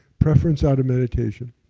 preference out of meditation.